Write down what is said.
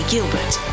Gilbert